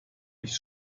nicht